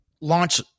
launch